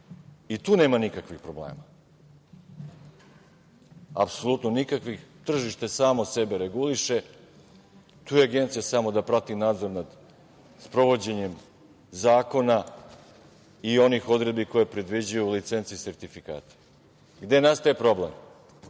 I tu nema nikakvih problema, apsolutno nikakvih. Tržište samo sebe reguliše. Tu je Agencija da prati nadzor nad sprovođenjem zakona i onih odredbi koje predviđaju licence i sertifikate. Gde nastaje problem?